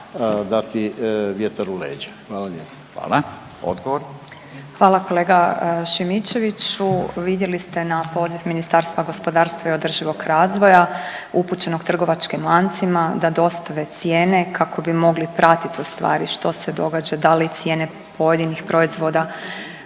**Petir, Marijana (Nezavisni)** Hvala kolega Šimičeviću. Vidjeli ste na poziv Ministarstva gospodarstva i održivog razvoja upućenog trgovačkim lancima da dostave cijene kako bi mogli pratiti u stvari što se događa, da li cijene pojedinih proizvoda